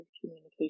communication